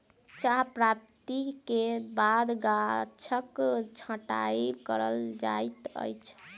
चाह प्राप्ति के बाद गाछक छंटाई कयल जाइत अछि